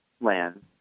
land